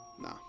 Nah